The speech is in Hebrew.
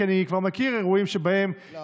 כי אני כבר מכיר אירועים שבהם, לא.